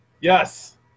Yes